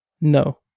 No